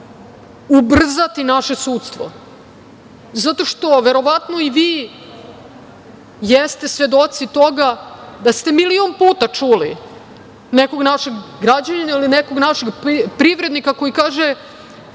ubrzati naše sudstvo. Zato što, verovatno i vi ste svedoci toga da ste milion puta čuli nekog našeg građanina ili nekog našeg privrednika koji kaže